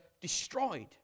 destroyed